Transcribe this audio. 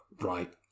Right